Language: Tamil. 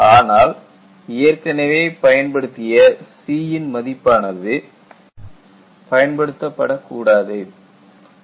ஆனால் ஏற்கனவே பயன்படுத்திய C ன் மதிப்பானது பயன்படுத்தப்படுவதில்லை